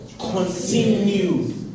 Continue